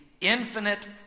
infinite